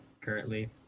Currently